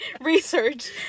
research